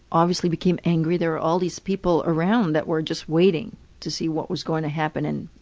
obviously became angry. there were all these people around that were just waiting to see what was going to happen and